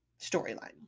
storyline